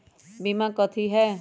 बीमा कथी है?